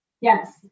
Yes